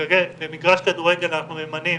במגרש כדורגל אנחנו ממנים